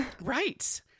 right